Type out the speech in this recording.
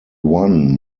one